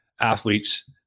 athletes